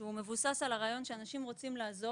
הוא מבוסס על הרעיון לפיו ישנם אנשים שרוצים לעזור,